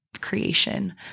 creation